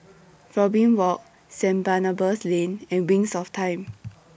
Robin Walk St Barnabas Lane and Wings of Time